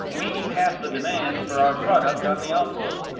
we meet half the demand for our product on the out goal,